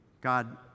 God